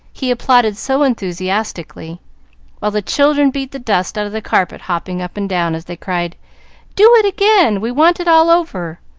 he applauded so enthusiastically while the children beat the dust out of the carpet hopping up and down, as they cried do it again! we want it all over!